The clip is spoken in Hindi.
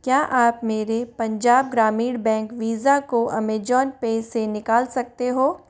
क्या आप मेरे पंजाब ग्रामीण बैंक वीज़ा को अमेजॉन पे से निकाल सकते हो